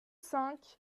cinq